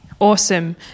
Awesome